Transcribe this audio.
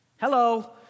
Hello